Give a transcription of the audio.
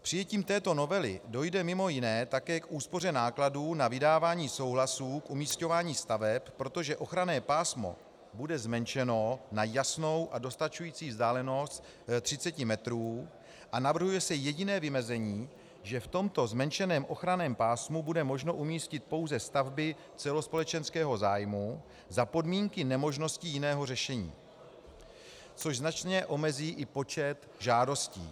Přijetím této novely dojde mj. také k úspoře nákladů na vydávání souhlasů k umisťování staveb, protože ochranné pásmo bude zmenšeno na jasnou a dostačující vzdálenost 30 metrů a navrhuje se jediné vymezení, že v tomto zmenšeném ochranném pásmu bude možno umístit pouze stavby celospolečenského zájmu za podmínky nemožností jiného řešení, což značně omezí i počet žádostí.